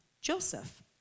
Joseph